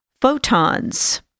photons